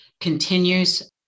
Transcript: continues